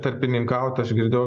tarpininkaut aš girdėjau